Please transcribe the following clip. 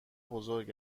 بزرگ